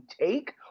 take